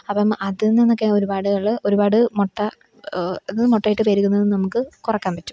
അപ്പം അതിൽ നിന്നൊക്കെ ഒരുപാട് ഒരുപാട് മുട്ട മുട്ടയിട്ട് പെരുകുന്നത് നമുക്ക് കുറക്കാൻ പറ്റും